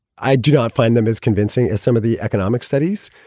i did not find them as convincing as some of the economic studies,